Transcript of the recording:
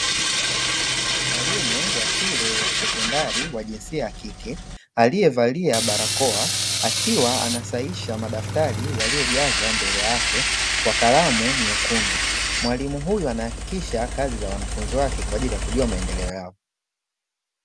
Mwalimu wa shule ya sekondari wa jinsia ya kike aliyevalia barakoa, akiwa anasahisha madaftari yaliyojazwa mbele yake kwa kalamu nyekundu. Mwalimu huyu anahakikisha kazi za wanafunzi wake kwa ajili ya kujua maendeleo yao.